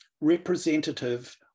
representative